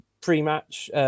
pre-match